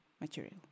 material